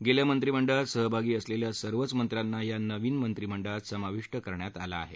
गेल्या मंत्रीमंडळात सहभागी असलेल्या सर्वच मंत्र्यांना ह्या नवीन मंत्रीमंडळात समाविष्ट करण्यात आलं आहे